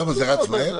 שם זה רץ מהר?